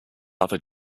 other